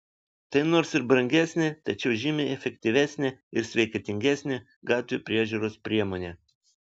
tai nors ir brangesnė tačiau žymiai efektyvesnė ir sveikatingesnė gatvių priežiūros priemonė